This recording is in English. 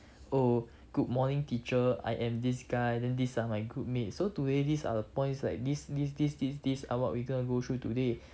oh good morning teacher I am this guy then these are my group mates so today these are the points like this this this this this are what we gonna go through today